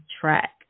track